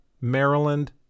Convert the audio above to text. Maryland